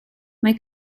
mae